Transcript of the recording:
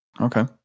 Okay